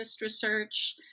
research